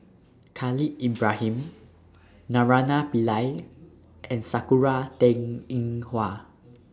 Khalil Ibrahim Naraina Pillai and Sakura Teng Ying Hua